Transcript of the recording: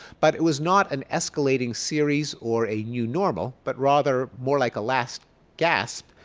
but it was not an escalating series or a new normal but rather more like a last gasp.